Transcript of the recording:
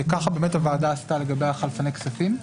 שכך באמת הוועדה עשתה לגבי חלפני כספים.